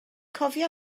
cofia